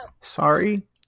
Sorry